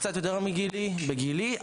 קצת יותר גדולים ממני או שבגילי,